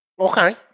Okay